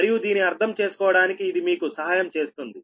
మరియు దీన్ని అర్థం చేసుకోవడానికి ఇది మీకు సహాయం చేస్తుంది